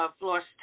lost